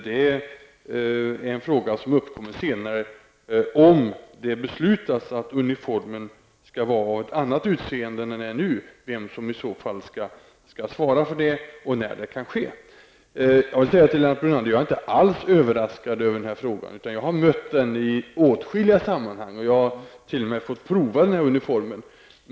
Det är först om det beslutas att uniformen skall ha ett annat utseende än nu som frågan uppkommer vem som i så fall skall svara för detta och när det kan ske. Jag vill säga till Lennart Brunander att jag inte alls är överraskad över den här frågan. Jag har mött den i åtskilliga sammanhang. Jag har t.o.m. fått prova uniformen.